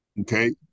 Okay